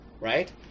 right